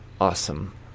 awesome